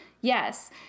Yes